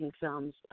films